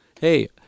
Hey